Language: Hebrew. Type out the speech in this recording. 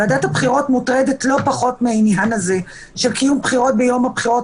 ועדת הבחירות מוטרדת לא פחות מהעניין הזה של קיום בחירות ביום הבחירות